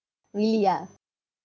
really ah